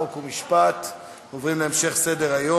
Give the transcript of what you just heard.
חוק ומשפט נתקבלה.